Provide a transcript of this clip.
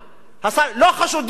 לא חשודים בכלל,